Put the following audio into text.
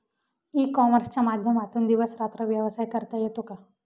E कॉमर्सच्या माध्यमातून दिवस रात्र व्यवसाय करता येतो का?